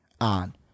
on